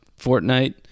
fortnite